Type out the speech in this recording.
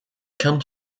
come